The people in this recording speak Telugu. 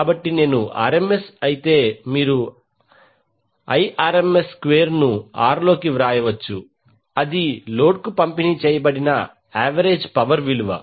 కాబట్టి నేను RMS అయితే మీరు I RMS స్క్వేర్ను R లోకి వ్రాయవచ్చు అది లోడ్కు పంపిణీ చేయబడిన యావరేజ్ పవర్ విలువ